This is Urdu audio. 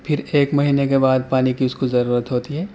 پھر ایک مہینے کے بعد پانی کی اس کو ضرورت ہوتی ہے